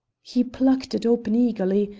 he plucked it open eagerly,